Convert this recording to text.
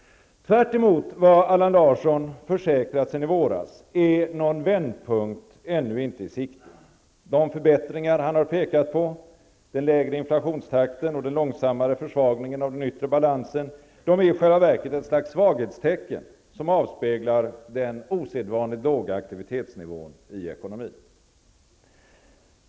Tvärtemot vad Allan Larsson har försäkrat sedan i våras är någon vändpunkt ännu inte i sikte. De förbättringar han har pekat på -- den lägre inflationstakten och den långsammare försvagningen av den yttre balansen -- är i själva verket ett slags svaghetstecken, som avspeglar den osedvanligt låga aktivitetsnivån i ekonomin.